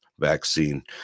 vaccine